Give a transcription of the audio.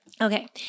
Okay